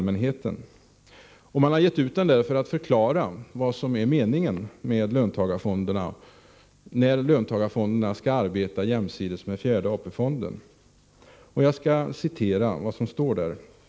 Man har gett ut den för att förklara vad som är meningen med löntagarfonderna och vad som händer när löntagarfonderna arbetar jämsides med fjärde AP-fonden.